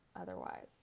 otherwise